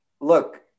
look